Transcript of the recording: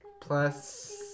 plus